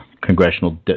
congressional